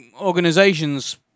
organizations